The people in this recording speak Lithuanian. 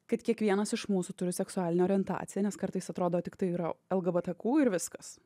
kad kiekvienas iš mūsų turi seksualinę orientaciją nes kartais atrodo tik tai yra lgbtq ir viskas